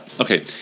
okay